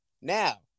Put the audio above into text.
Now